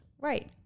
Right